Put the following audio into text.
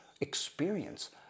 experience